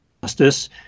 justice